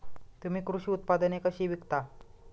तुम्ही कृषी उत्पादने कशी विकता?